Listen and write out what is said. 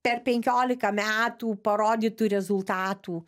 per penkiolika metų parodytų rezultatų